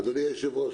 אדוני היושב ראש,